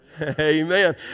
Amen